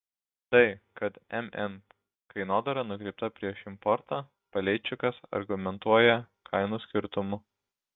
tai kad mn kainodara nukreipta prieš importą paleičikas argumentuoja kainų skirtumu